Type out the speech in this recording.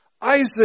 Isaac